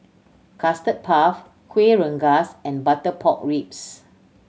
Custard Puff Kueh Rengas and butter pork ribs